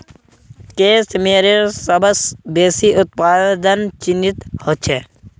case मेयरेर सबस बेसी उत्पादन चीनत ह छेक